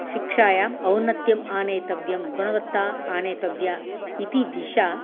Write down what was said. शिक्षायाम् औन्नत्यम् आनेतव्यं गुणवत्ता आनेतव्या इति दिशा